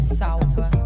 salva